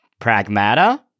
Pragmata